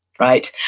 right?